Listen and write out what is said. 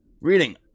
Reading